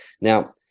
Now